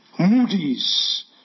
Moody's